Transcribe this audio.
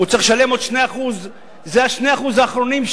צריך לשלם עוד 2% אלה ה-2% האחרונים,